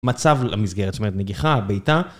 מצב למסגרת, זאת אומרת, נגיחה, בעיטה.